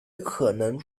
可能